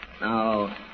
Now